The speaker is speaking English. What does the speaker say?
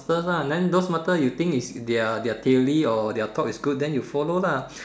first one then those master if you think they are daily or their talk is good then you follow lah